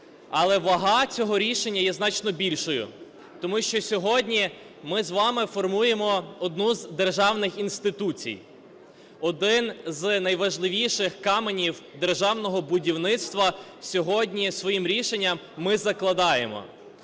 Але вага цього рішення є значно більшою, тому що сьогодні ми з вами формуємо одну з державних інституцій, один з найважливіших каменів державного будівництва сьогодні своїм рішення ми закладаємо.